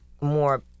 more